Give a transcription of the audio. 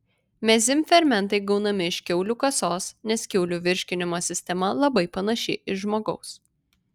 mezym fermentai gaunami iš kiaulių kasos nes kiaulių virškinimo sistema labai panaši į žmogaus